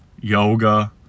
yoga